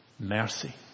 mercy